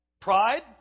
pride